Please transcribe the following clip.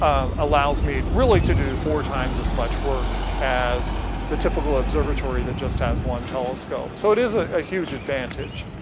allows me, really to do and four times as much work as the typical observatory that just has one telescope. so it is a ah huge advantage.